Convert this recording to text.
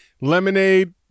lemonade